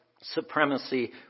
supremacy